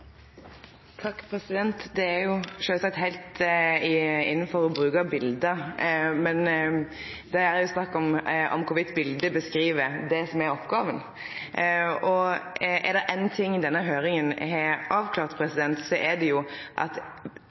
heilt greitt å bruke bilete, men dette handlar om om biletet beskriv det som er oppgåva. Er det éin ting denne høyringa har avklart, er det jo at